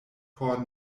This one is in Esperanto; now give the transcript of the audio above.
por